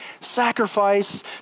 sacrifice